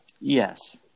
Yes